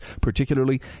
particularly